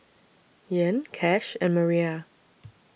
Ean Cash and Maria